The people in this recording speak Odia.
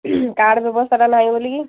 କାର୍ଡ ବ୍ୟବସ୍ଥାଟା ନାହିଁ ବୋଲିକି